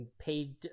paid